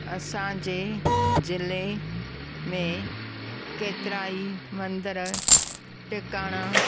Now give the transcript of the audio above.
असांजे जिले में केतिरा ई मंदर टिकाणा